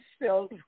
filled